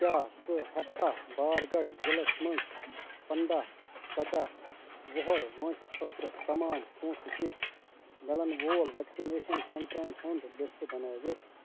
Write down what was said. کیٛاہ ژٕ ہٮ۪ککھا بارگَڑھ ضلعس مَنٛز پنٛداہ سَداہ وُہَر وٲنٛسہِ خٲطرٕ تمام پونٛسہٕ دِتھ مِلَن وول وٮ۪کسِنیشَن سٮ۪نٛٹَرَن ہُنٛد لِسٹ بنٲوِتھ